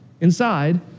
inside